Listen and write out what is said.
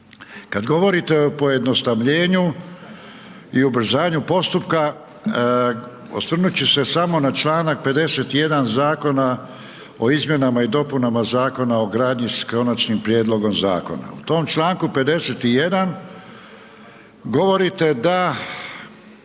kad govorite o pojednostavljenju i ubrzanju postupka, osvrnut ću se samo na čl. 51. Zakona o izmjenama i dopunama Zakona o gradnji s Konačnim prijedlogom zakona. U tom čl. 51. govorite da